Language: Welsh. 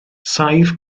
saif